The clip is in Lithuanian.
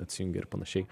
atsijungę ir panašiai